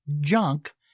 junk